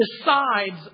decides